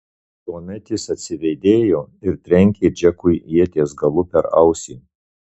tuomet jis atsivėdėjo ir trenkė džekui ieties galu per ausį